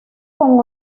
con